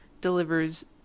delivers